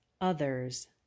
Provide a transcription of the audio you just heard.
others